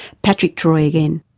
patrick troy again.